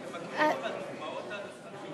הגברת השקיפות של דיוני הוועדה לפטורים ולמיזוגים),